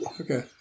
Okay